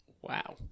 Wow